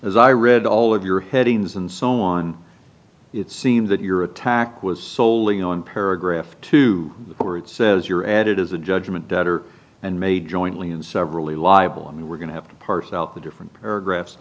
as i read all of your headings and so on it seems that your attack was soley on paragraph two where it says your ad it is a judgment debtor and made jointly and severally liable and we're going to have to parse out the different paragraphs